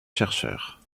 chercheurs